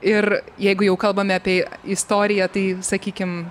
ir jeigu jau kalbame apie istoriją tai sakykim